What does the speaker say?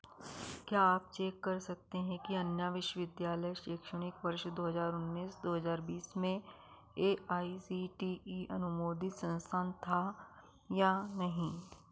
क्या आप चेक कर सकते हैं कि अन्ना विश्वविद्यालय शैक्षणिक वर्ष दो हज़ार उन्नीस दो हज़ार बीस में A I C T E अनुमोदित संस्थान था या नहीं